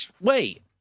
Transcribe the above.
wait